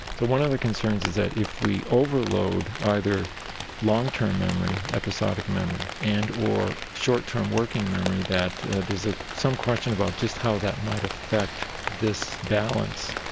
so one of the concerns is that if we overload either long-term memory, episodic memory and or short-term working memory, that there's ah some question about just how that might affect this balance.